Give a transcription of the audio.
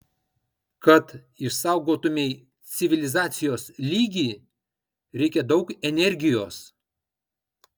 kad išsaugotumei civilizacijos lygį reikia daug energijos